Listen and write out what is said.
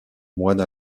moine